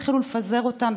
התחילו לפזר אותם,